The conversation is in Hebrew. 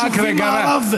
רגע,